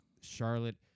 Charlotte